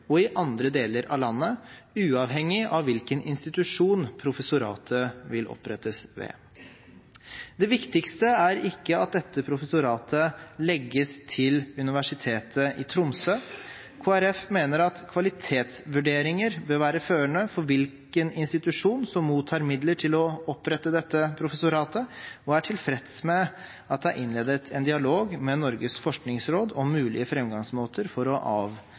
og i andre deler av landet, uavhengig av hvilken institusjon professoratet vil opprettes ved. Det viktigste er ikke at dette professoratet legges til Universitetet i Tromsø. Kristelig Folkeparti mener at kvalitetsvurderinger bør være førende for hvilken institusjon som mottar midler til å opprette dette professoratet, og er tilfreds med at det er innledet en dialog med Norges forskningsråd om mulige framgangsmåter for å